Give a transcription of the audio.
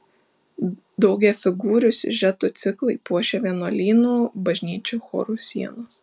daugiafigūrių siužetų ciklai puošė vienuolynų bažnyčių chorų sienas